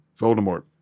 Voldemort